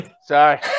Sorry